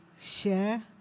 share